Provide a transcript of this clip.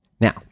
Now